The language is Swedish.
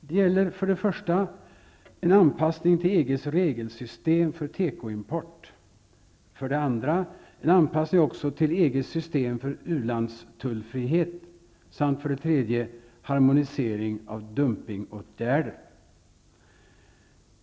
De gäller för det första en anpassning till EG:s regelsystem för tekoimport, för det andra en anpassning också till EG:s system för ulandstullfrihet samt för det tredje en harmonisering av dumpningsåtgärder.